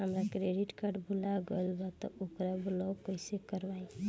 हमार credit card भुला गएल बा त ओके ब्लॉक कइसे करवाई?